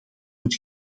het